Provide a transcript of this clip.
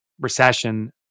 recession